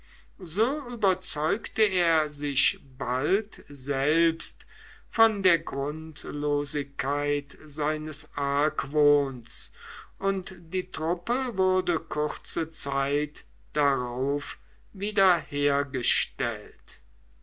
so überzeugte er sich bald selbst von der grundlosigkeit seines argwohns und die truppe wurde kurze zeit darauf wieder hergestellt